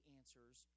answers